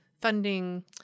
funding